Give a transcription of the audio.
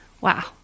Wow